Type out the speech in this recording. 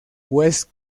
west